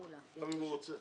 אל תגיד תודה רבה לאף אחד,